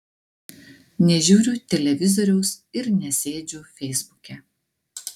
nežiūriu televizoriaus ir nesėdžiu feisbuke